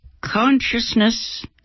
consciousness